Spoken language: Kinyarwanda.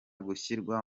gushyirwa